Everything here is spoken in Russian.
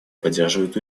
поддерживает